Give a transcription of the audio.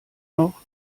noch